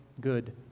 good